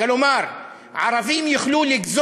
(אומר בערבית: שעיוורו אותנו לגביה.